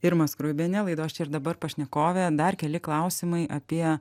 irma skruibienė laidos čia ir dabar pašnekovė dar keli klausimai apie